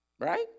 right